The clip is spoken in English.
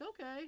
okay